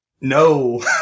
No